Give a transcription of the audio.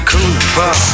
Cooper